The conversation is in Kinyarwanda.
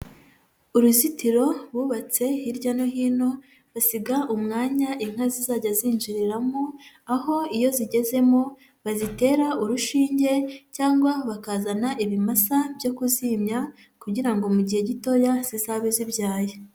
Uruzitiro bubatse hirya no hino basiga umwanya inka zizajya zinjiriramo, aho iyo zigezemo bazitera urushinge cyangwa bakazana ibimasa byo kuzimya kugira ngo mu gihe gitoya zizabe zibyaye.